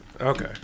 Okay